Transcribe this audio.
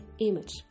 Image